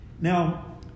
Now